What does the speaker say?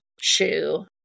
shoe